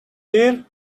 here